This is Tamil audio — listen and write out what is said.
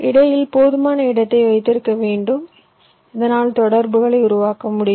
இடையில் போதுமான இடத்தை வைத்திருக்க வேண்டும் இதனால் தொடர்புகளை உருவாக்க முடியும்